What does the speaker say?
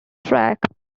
track